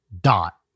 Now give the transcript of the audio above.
Dot